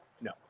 No